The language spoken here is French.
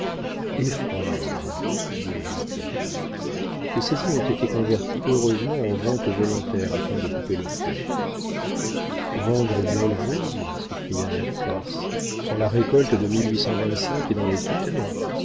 effroyable dit le notaire les saisies ont été converties heureusement en ventes volontaires afin de couper le feu vendre belle rose s'écria mathias quand la récolte de est dans les caves